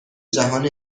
جهان